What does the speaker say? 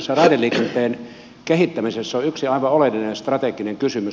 tässä raideliikenteen kehittämisessä on yksi aivan oleellinen strateginen kysymys